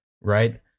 right